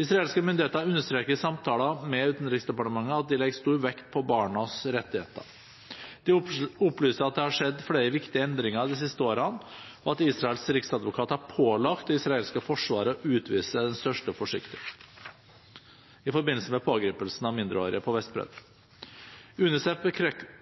Israelske myndigheter understreker i samtaler med Utenriksdepartementet at de legger stor vekt på barnas rettigheter. De opplyser at det har skjedd flere viktige endringer de siste årene, og at Israels riksadvokat har pålagt det israelske forsvaret å utvise den største forsiktighet i forbindelse med pågripelse av mindreårige på Vestbredden. UNICEF